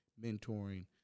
mentoring